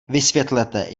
vysvětlete